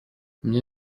меня